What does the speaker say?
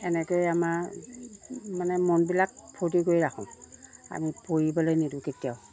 এনেকৈয়ে আমাৰ মানে মনবিলাক ফূৰ্তি কৰি ৰাখোঁ আমি পৰিবলৈ নিদিওঁ কেতিয়াও